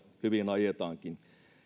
hyvin ajetaankin